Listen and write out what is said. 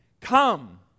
come